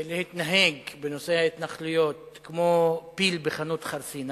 להתנהג בנושא ההתנחלויות כמו פיל בחנות חרסינה